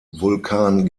vulkan